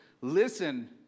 Listen